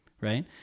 right